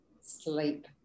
sleep